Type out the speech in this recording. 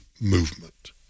movement